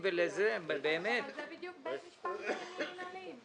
אבל זה בדיוק בית משפט לעניינים מנהליים.